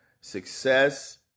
success